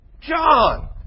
John